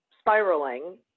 spiraling